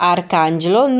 Arcangelo